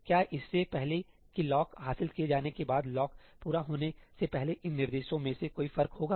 क्या इससे पहले कि लॉक हासिल किए जाने के बाद लॉक पूरा होने से पहले इन निर्देशों में से कोई फर्क होगा